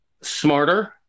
smarter